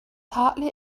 hardly